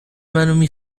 منو